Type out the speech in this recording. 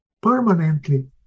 permanently